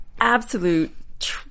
absolute